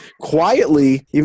quietly